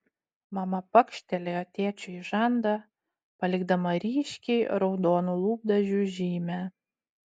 mama pakštelėjo tėčiui į žandą palikdama ryškiai raudonų lūpdažių žymę